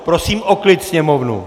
Prosím o klid sněmovnu!